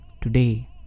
today